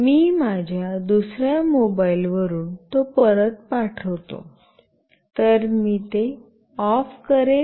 मी माझ्या दुसर्या मोबाईलवरुन तो परत पाठवतो तर मी ते ऑफ करेल